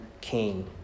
king